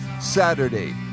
Saturday